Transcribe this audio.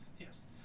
Yes